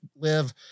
live